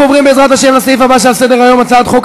אנחנו עוברים בעזרת השם לסעיף הבא שעל סדר-היום: הצעת חוק